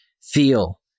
feel